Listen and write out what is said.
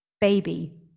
baby